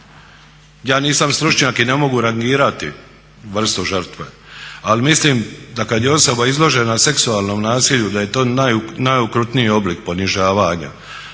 Ja nisam stručnjak i ne mogu rangirati vrstu žrtve, ali mislim da kad je osoba izložena seksualnom nasilju da je to najokrutniji oblik ponižavanja,